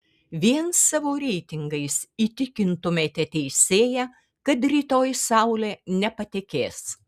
vien savo reitingais įtikintumėte teisėją kad rytoj saulė nepatekės